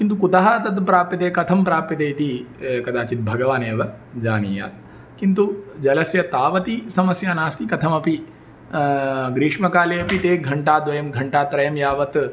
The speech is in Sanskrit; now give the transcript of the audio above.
किन्तु कुतः प्राप्यते कथं प्राप्यते इति कदाचित् भगवानेव जानीयात् किन्तु जलस्य तावत् समस्या नास्ति कथमपि ग्रीष्मकाले अपि ते घण्टाद्वयं घण्टात्रयं यावत्